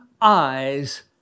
eyes